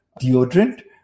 deodorant